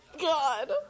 god